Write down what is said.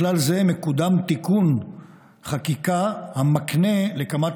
בכלל זה מקודם תיקון חקיקה המקנה לקמ"ט